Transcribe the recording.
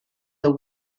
the